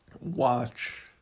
Watch